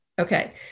Okay